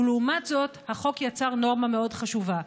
ולעומת זאת החוק יצר נורמה מאוד חשובה.